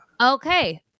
Okay